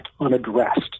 unaddressed